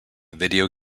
video